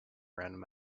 random